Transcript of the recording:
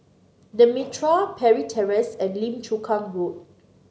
The Mitraa Parry Terrace and Lim Chu Kang Road